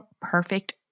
perfect